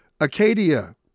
Acadia